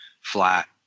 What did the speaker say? flat